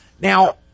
Now